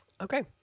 Okay